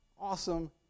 awesome